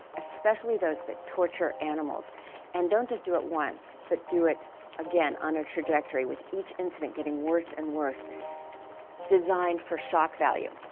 especially those that torture animals and don't just do it once, but do it again on a trajectory with each incident getting worse and worse designed for shock value.